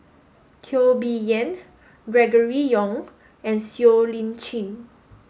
Teo Bee Yen Gregory Yong and Siow Lee Chin